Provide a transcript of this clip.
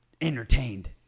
entertained